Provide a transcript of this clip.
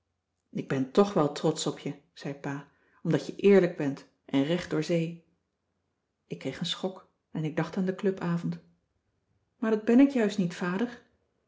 ik ben toch wel trotsch op je zei pa omdat je eerlijk bent en recht door zee ik kreeg een schok en ik dacht aan den clubavond maar dat ben ik juist niet vader